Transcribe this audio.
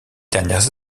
dernières